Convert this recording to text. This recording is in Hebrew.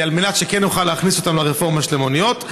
על מנת שכן נוכל להכניס אותם לרפורמה של המוניות.